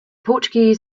portuguese